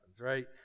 right